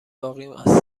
باقی